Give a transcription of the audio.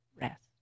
rest